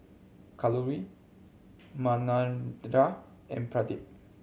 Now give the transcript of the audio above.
Kalluri Manindra and Pradip